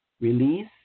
Release